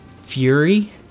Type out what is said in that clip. fury